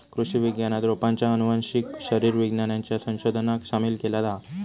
कृषि विज्ञानात रोपांच्या आनुवंशिक शरीर विज्ञानाच्या संशोधनाक सामील केला हा